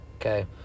Okay